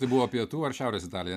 tai buvo pietų ar šiaurės italija